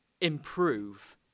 improve